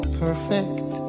perfect